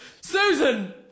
Susan